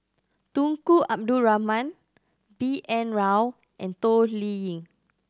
Tunku Abdul Rahman B N Rao and Toh Liying